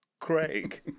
Craig